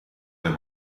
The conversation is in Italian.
del